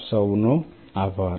આપ સૌનો આભાર